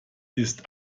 ist